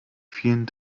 vielen